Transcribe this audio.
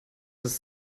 ist